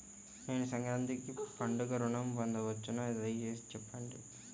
నేను సంక్రాంతికి పండుగ ఋణం పొందవచ్చా? దయచేసి చెప్పండి?